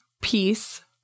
peace